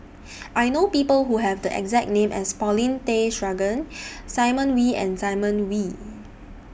I know People Who Have The exact name as Paulin Tay Straughan Simon Wee and Simon Wee